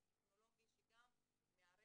החקלאות מדבר